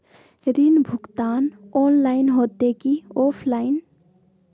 ऋण भुगतान ऑनलाइन होते की ऑफलाइन?